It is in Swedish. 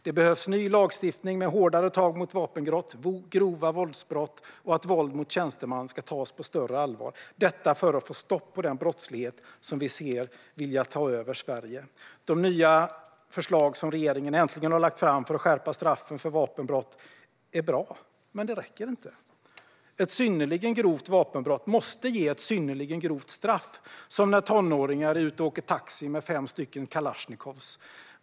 Det behövs ny lagstiftning med hårdare tag mot vapenbrott och grova våldsbrott, och våld mot tjänsteman måste tas på större allvar - detta för att få stopp på den brottslighet som vi ser vilja ta över Sverige. De nya förslag som regeringen äntligen lagt fram för att skärpa straffen för vapenbrott är bra, men de räcker inte. Ett synnerligen grovt vapenbrott måste ge ett synnerligen grovt straff - som när tonåringar är ute och åker taxi med fem kalasjnikovar.